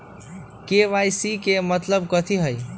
KYC के मतलब कथी होई?